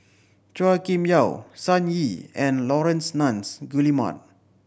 Chua Kim Yeow Sun Yee and Laurence Nunns Guillemard